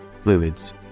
Fluids